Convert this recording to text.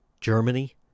Germany